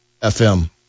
FM